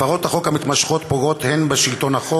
הפרות החוק המתמשכות פוגעות הן בשלטון החוק